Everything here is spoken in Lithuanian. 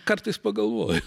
kartais pagalvoju